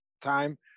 time